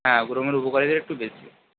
হ্যাঁ গ্রো মোরের উপকারিতা একটু বেশি